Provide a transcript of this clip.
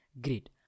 Great